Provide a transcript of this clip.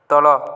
ତଳ